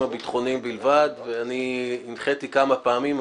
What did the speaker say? הביטחוניים בלבד למרות שהנחיתי כמה פעמים.